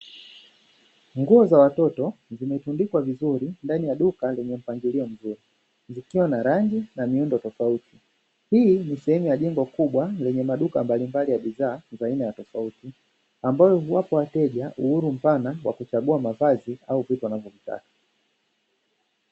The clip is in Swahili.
Nguo za watoto zimetundikwa vizuri ndani ya duka lenye mpangilio mzuri, zikiwa na rangi na miundo tofauti hii ni sehemu ya jengo kubwa lenye maduka mbalimbali ya bidhaa za aina tofauti, ambapo huwapa wateja uhuru mpana wa kuchagua mavazi au vitu wanavyovitaka.